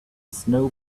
snow